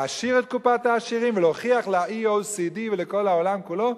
להעשיר את קופת העשירים ולהוכיח ל-OECD ולכל העולם כולו,